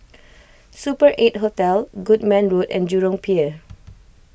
Super eight Hotel Goodman Road and Jurong Pier